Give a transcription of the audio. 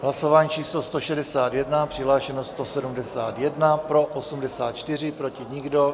Hlasování číslo 161, přihlášeno 171, pro 84, proti nikdo.